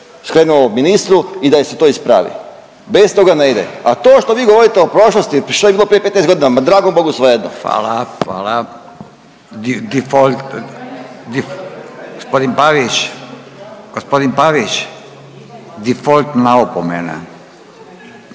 Hvala, hvala. Default, gospodin Pavić, gospodin Pavić, default-na opomena,